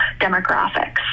demographics